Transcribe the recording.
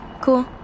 cool